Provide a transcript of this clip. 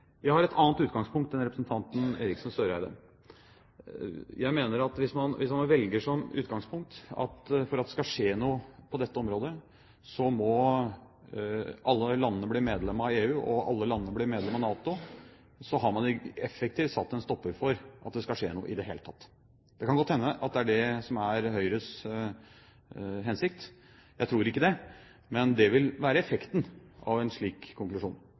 Jeg har et annet utgangspunkt enn representanten Eriksen Søreide. Jeg mener at hvis man velger som utgangspunkt at for at det skal skje noe på dette området, må alle landene bli medlemmer av EU og alle landene bli medlemmer av NATO, har man effektivt satt en stopper for at det skal skje noe i det hele tatt. Det kan godt hende at det er det som er Høyres hensikt – jeg tror ikke det, men det vil være effekten av en slik konklusjon.